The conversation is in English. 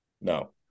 no